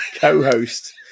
Co-host